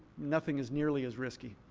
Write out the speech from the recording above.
nothing is nearly as risky.